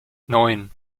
neun